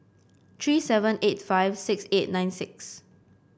three seven eight five six eight nine six